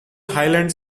highlands